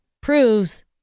proves